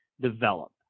develop